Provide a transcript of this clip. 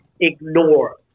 ignore